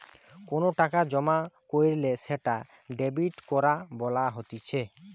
কোনো টাকা জমা কইরলে সেটা ডেবিট করা বলা হতিছে